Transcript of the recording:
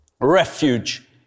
refuge